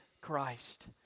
Christ